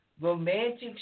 romantic